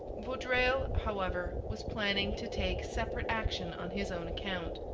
vaudreuil, however, was planning to take separate action on his own account.